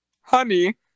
Honey